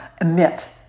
emit